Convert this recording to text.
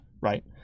right